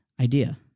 idea